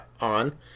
on